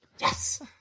Yes